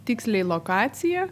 tiksliai lokaciją